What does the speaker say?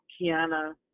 Kiana